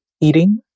eating